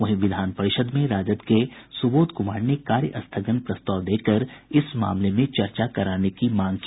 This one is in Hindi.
वहीं विधान परिषद में राजद के सुबोध कुमार ने कार्य स्थगन प्रस्ताव देकर इस मामले में चर्चा कराने की मांग की